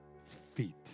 feet